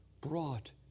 brought